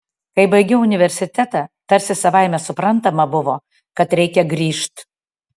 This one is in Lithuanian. kai baigiau universitetą tarsi savaime suprantama buvo kad reikia grįžt